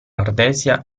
ardesia